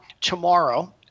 tomorrow